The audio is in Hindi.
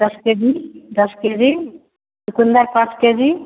दस के जी दस के जी चुकन्दर पाँच के जी